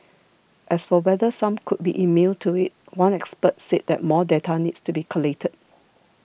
as for whether some could be immune to it one expert said more data needs to be collated